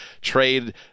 trade